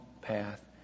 path